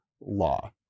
law